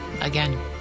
again